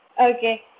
Okay